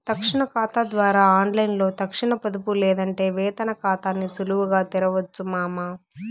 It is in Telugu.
తక్షణ కాతా ద్వారా ఆన్లైన్లో తక్షణ పొదుపు లేదంటే వేతన కాతాని సులువుగా తెరవొచ్చు మామా